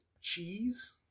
cheese